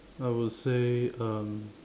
I would say um